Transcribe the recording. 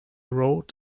road